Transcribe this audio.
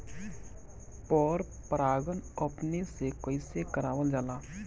पर परागण अपने से कइसे करावल जाला?